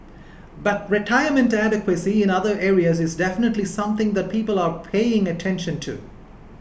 but retirement adequacy in other areas is definitely something that people are paying attention to